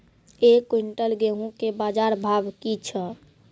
एक क्विंटल गेहूँ के बाजार भाव की छ?